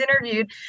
interviewed